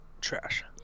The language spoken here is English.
trash